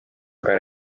aga